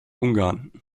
ungarn